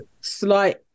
slight